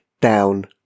down